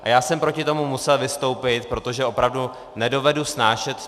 Já jsem proti tomu musel vystoupit, protože to opravdu nedovedu snášet.